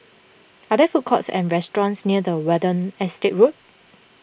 are there food courts or restaurants near the Watten Estate Road